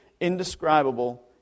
indescribable